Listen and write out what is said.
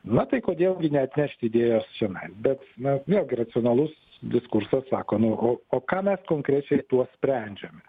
na tai kodėl gi neatvežt idėjos čionai bet nu vėlgi racionalus diskursas sako nu o o ką mes konkrečiai tuo sprendžiame